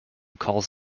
calls